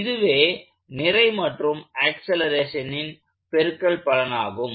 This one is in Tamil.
இதுவே நிறை மற்றும் ஆக்சலேரேஷனின் பெருக்கற்பலனாகும்